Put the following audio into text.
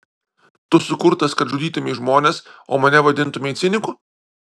tu sukurtas kad žudytumei žmones o mane vadintumei ciniku